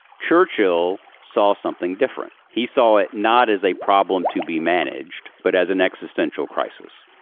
churchill saw something different. he saw it not as a problem to be managed, but as an existential crisis.